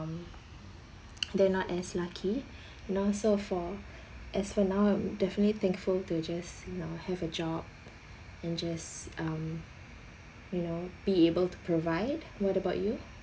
they're not as lucky you know so for as for now I'm definitely thankful to just you know have a job and just um you know be able to provide what about you